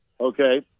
okay